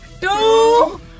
Two